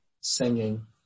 singing